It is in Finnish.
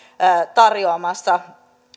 tarjoamassa